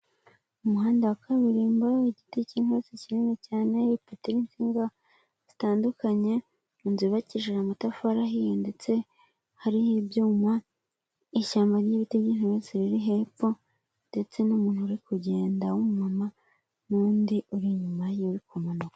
Umuhanda wa kaburimbo, igiti cy'inkozi kinini cyane; ipoto iriho insinga zitandukanye; inzu yubakije amatafari ahiye ndetse hari ibyuma; ishyamba ry'ibiti by'inturusu biri hepfo ndetse n'umuntu uri kugenda w'umuma; n'undi uri inyuma ye uri kumanuka.